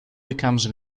becomes